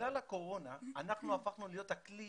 בגלל הקורונה אנחנו הפכנו להיות הכלי